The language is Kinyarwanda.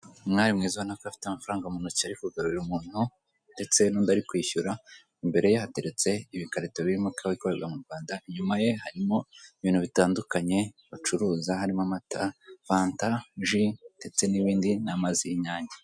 Umwari mwiza ubona ko afite amafaranga mu ntoki ari kugarurira umuntu ndetse n'undi ari kwishyura imbere ye hateretse ibikarito birimo ikawa ikorerwa mu Rwanda, inyuma ye harimo ibintu bitandukanye bacuruza harimo amata, fanta, ji ndetse n'ibindi n'amazi y'inyange.